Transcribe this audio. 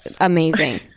amazing